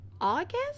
August